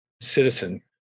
citizen